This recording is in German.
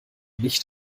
nicht